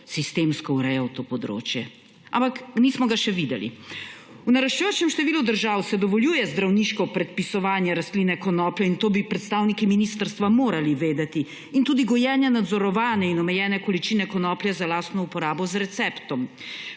sistemsko urejal to področje. Ampak nismo ga še videli. V naraščajočem številu držav se dovoljuje zdravniško predpisovanje rastline konoplje – in to bi predstavniki ministrstva morali vedeti – in tudi gojenje nadzorovane in omejene količine konoplje za lastno uporabo z receptom.